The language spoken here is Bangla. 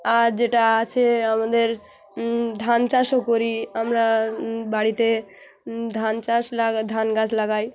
আর যেটা আছে আমাদের ধান চাষও করি আমরা বাড়িতে ধান চাষ লাগা ধান গাছ লাগাই